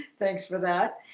thanks for that.